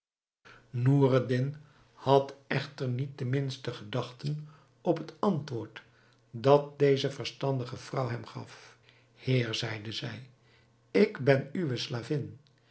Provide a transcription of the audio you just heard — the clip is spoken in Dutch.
noureddin had echter niet de minste gedachte op het antwoord dat deze verstandige vrouw hem gaf heer zeide zij ik ben uwe